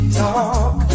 talk